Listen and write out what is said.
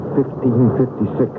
1556